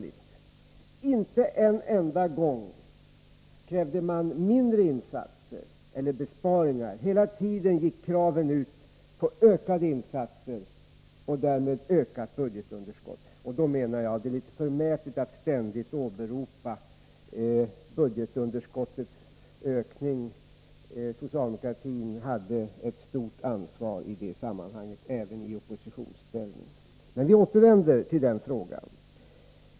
Inte en enda gång krävde man mindre insatser eller besparingar. Hela tiden gick kraven ut på ökade insatser och därmed ökat budgetunderskott. Då menar jag att det är litet förmätet att ständigt åberopa budgetunderskottets ökning. Socialdemokratin hade ett stort ansvar i det sammanhanget även i oppositionsställning. Men vi återvänder till den frågan.